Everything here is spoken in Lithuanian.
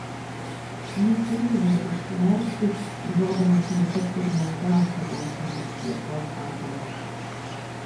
nesiryžau užsimerkti bijodamas netekti ir menkiausio gęstančios šviesos atomo